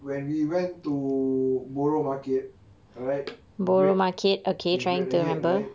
when we went to borong market alright K break your head right